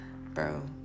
Bro